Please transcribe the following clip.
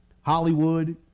Hollywood